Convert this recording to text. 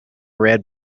red